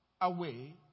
away